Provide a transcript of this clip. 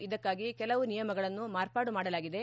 ಇದಕ್ಕಾಗಿ ಕೆಲವು ನಿಯಮಗಳನ್ನು ಮಾರ್ಪಾಡು ಮಾಡಲಾಗಿದೆ